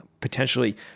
potentially